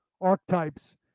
archetypes